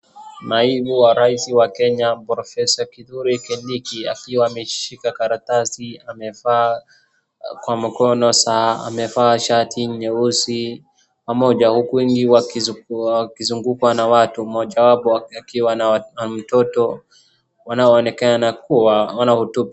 Naibu rais wa Kenya professa Kithure Kindiki akiwa ameshika karatasi. Amevaa kwa mkono saa, amevaa shati nyeusi pamoja huku wengi wakizungukwa na watu. Mmoja wapo akiwa na mtoto wanaoonekana kuwa wanahutubiwa.